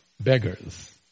beggars